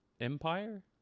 Empire